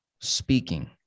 speaking